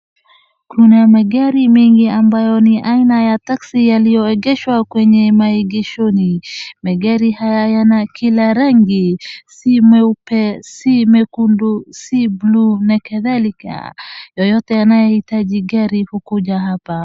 Kuna magari mingi ambayo ain aya taxi yaliyoegeshwa kwenye maegeshoni. Magari haya yana kila rangi si meupe si mekundu si bluu na kadhalika. Yeyote anayehitaji gari hukuja hapa.